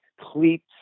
cleats